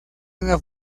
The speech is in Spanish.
una